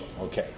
Okay